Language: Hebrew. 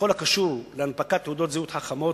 בכל הקשור להנפקת תעודות זהות חכמות,